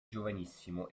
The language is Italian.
giovanissimo